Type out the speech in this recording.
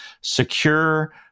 secure